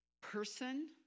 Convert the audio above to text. person